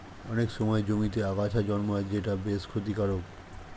অনেক সময় জমিতে আগাছা জন্মায় যেটা বেশ ক্ষতিকারক